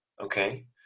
Okay